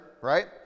right